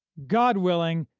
god willing,